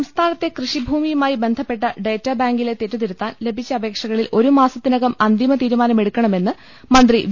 സംസ്ഥാനത്തെ കൃഷിഭൂമിയുമായി ബന്ധപ്പെട്ട ഡാറ്റാബാ ങ്കിലെ തെറ്റുതിരുത്താൻ ലഭിച്ച അപേക്ഷകളിൽ ഒരു മാസത്തി നകം അന്തിമതീരുമാനമെടുക്കണമെന്ന് മന്ത്രി വി